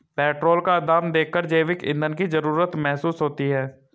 petrol का दाम देखकर जैविक ईंधन की जरूरत महसूस होती है